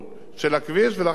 ולאחר מכן לביצוע.